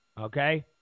Okay